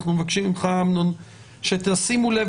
אנחנו מבקשים ממך, אמנון, שתשימו לב